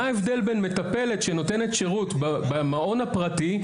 מה ההבדל בין מטפלת שנותנת שירות במעון הפרטי,